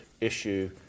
issue